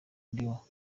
dinho